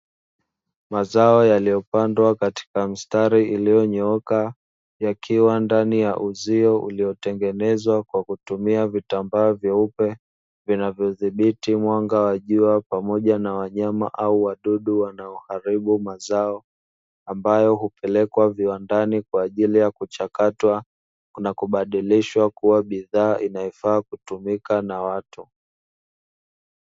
Mazao yaliyopandwa katika mstari iliyonyooka yakiwa ndani ya uzio uliyotengenezwa kwa kutumia vitambaa vyeupe, vinavyodhibiti mwanga wa jua pamoja na wanyama au wadudu wanaoharibu mazao ambayo hupelekwa viwandani kwa ajili ya kuchakatwa na kubadilishwa kuwa bidhaa inayofaa kutumika na watu.